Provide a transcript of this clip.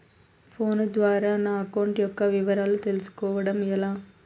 Phone ద్వారా నా account యొక్క వివరాలు తెలుస్కోవడం ఎలా?